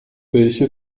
welche